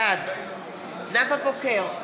בעד נאוה בוקר,